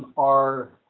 are